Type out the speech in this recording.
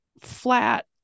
flat